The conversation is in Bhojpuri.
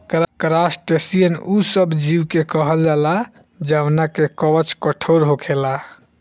क्रासटेशियन उ सब जीव के कहल जाला जवना के कवच कठोर होखेला